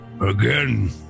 Again